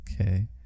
Okay